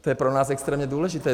To je pro nás extrémně důležité.